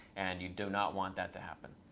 and you do not want that to happen.